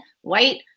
white